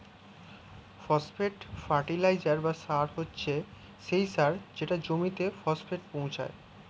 phosphate fertiliser বা সার হচ্ছে সেই সার যেটা জমিতে ফসফেট পৌঁছায়